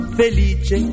felice